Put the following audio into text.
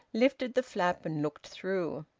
lifted the flap, and looked through.